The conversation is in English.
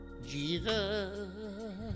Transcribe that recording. Jesus